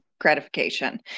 gratification